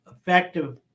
effective